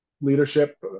leadership